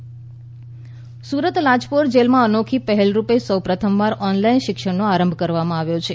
Lajpore jail Surat Lajpore જેલમાં અનોખી પહેલરૂપે સૌપ્રથમવાર ઓનલાઇન શિક્ષણનો પ્રારંભ કરવામાં આવ્યો છે